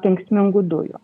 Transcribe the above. kenksmingų dujų